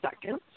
seconds